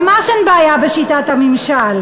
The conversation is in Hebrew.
ממש אין בעיה בשיטת הממשל.